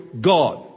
God